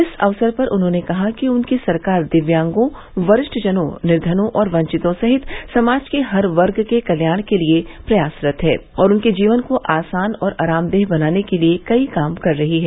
इस अवसर पर उन्होंने कहा कि उनकी सरकार दिव्यांगों वरिष्ठजनों निर्धनों और वंचितों सहित समाज के हर वर्ग के कल्याण के लिए प्रयासरत हैं और उनके जीवन को आसान और आरामदेह बनाने के लिये कई काम कर रही है